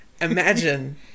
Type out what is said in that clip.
Imagine